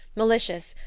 malicious,